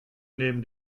neben